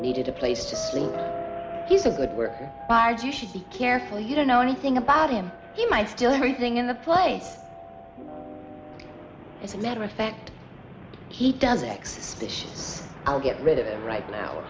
needed a place to sleep he's a good work hard you should be careful you don't know anything about him you might still everything in the place it's a matter of fact he does x i'll get rid of it right now